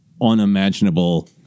unimaginable